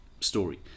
story